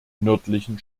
nördlichen